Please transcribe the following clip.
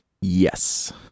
Yes